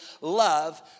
love